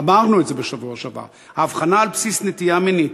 אמרנו את זה בשבוע שעבר: ההבחנה על בסיס נטייה מינית,